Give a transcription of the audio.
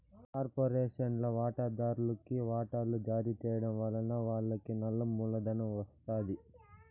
కార్పొరేషన్ల వాటాదార్లుకి వాటలు జారీ చేయడం వలన వాళ్లకి నల్ల మూలధనం ఒస్తాది